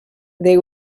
they